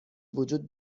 وجود